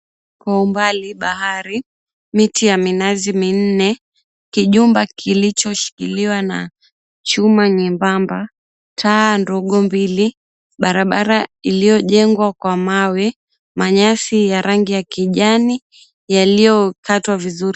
Kwa umbali bahari, miti ya minazi minne kijumba kilichoshikiliwa na chuma nyembamba , taa ndogo mbili, barabara iliyo jengwa kwa mawe, manyasi ya rangi ya kijani yaliyokatwa vizuri.